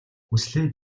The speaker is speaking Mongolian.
хүслээ